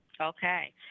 Okay